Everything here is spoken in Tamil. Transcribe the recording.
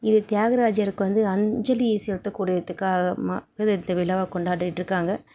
இது தியாகராஜருக்கு வந்து அஞ்சலி செலுத்தக்கூடியதுக்காக இது இந்த விழாவை கொண்டாடிட்டுருக்காங்க